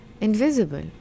invisible